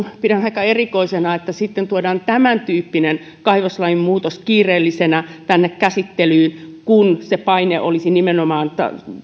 pidän aika erikoisena että tuodaan tämäntyyppinen kaivoslain muutos kiireellisenä tänne käsittelyyn kun paine olisi nimenomaan